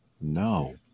No